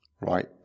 Right